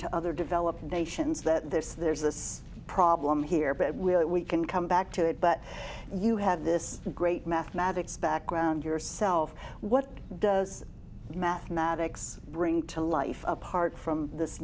to other developed nations that there's there's this problem here but with it we can come back to it but you have this great mathematics background yourself what does mathematics bring to life apart from this